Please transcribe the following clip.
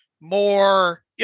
more